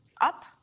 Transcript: Up